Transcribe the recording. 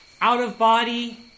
Out-of-body